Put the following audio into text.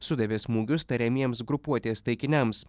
sudavė smūgius tariamiems grupuotės taikiniams